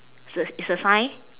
it's a it's a sign